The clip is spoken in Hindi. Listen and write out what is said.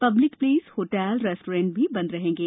पब्लिक प्लेस होटल रेस्टोरेंट्स भी बंद रहेंगे